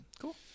cool